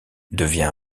devient